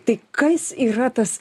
tai kas yra tas